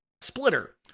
splitter